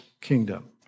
kingdom